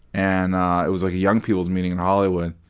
and it was, like, a young people's meeting in hollywood.